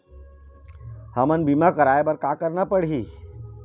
हमन बीमा कराये बर का करना पड़ही?